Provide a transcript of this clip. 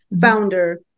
founder